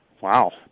Wow